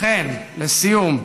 לכן, לסיום,